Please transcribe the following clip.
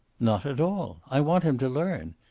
not at all. i want him to learn.